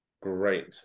Great